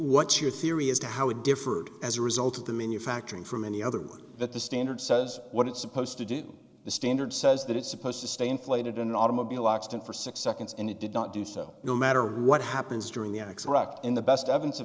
what's your theory as to how it differed as a result of the manufacturing from any other or that the standard says what it's supposed to do the standard says that it's supposed to stay inflated in an automobile accident for six seconds and it did not do so no matter what happens during the x in the best evidence of